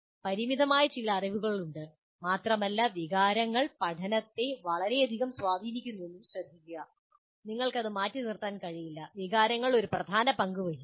പരിമിതമായ ചില അറിവുകളുണ്ട് മാത്രമല്ല വികാരങ്ങൾ പഠനത്തെ വളരെയധികം സ്വാധീനിക്കുന്നുവെന്നതും ശ്രദ്ധിക്കുക നിങ്ങൾക്ക് അത് മാറ്റിനിർത്താൻ കഴിയില്ല വികാരങ്ങൾ ഒരു പ്രധാന പങ്ക് വഹിക്കുന്നു